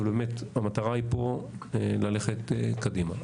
אבל באמת המטרה היא פה ללכת קדימה.